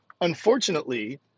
unfortunately